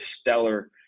stellar